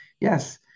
yes